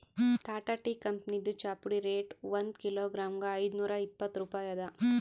Tata tea ಕಂಪನಿದ್ ಚಾಪುಡಿ rate ಒಂದ್ ಕಿಲೋಗಾ ಐದ್ನೂರಾ ಇಪ್ಪತ್ತ್ ರೂಪಾಯಿ ಅದಾ